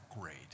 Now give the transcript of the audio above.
great